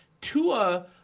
Tua